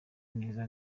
neza